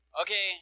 Okay